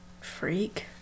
Freak